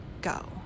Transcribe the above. go